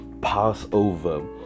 Passover